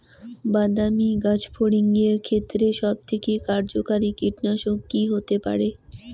বাদামী গাছফড়িঙের ক্ষেত্রে সবথেকে কার্যকরী কীটনাশক কি হতে পারে?